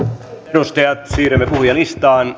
edustajat siirrymme puhujalistaan